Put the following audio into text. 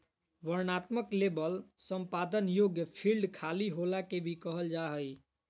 वर्णनात्मक लेबल संपादन योग्य फ़ील्ड खाली होला के भी कहल जा हइ